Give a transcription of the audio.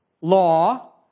law